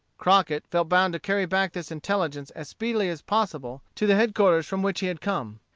crockett felt bound to carry back this intelligence as speedily as possible to the headquarters from which he had come.